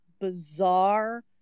bizarre